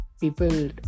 people